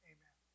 Amen